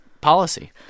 policy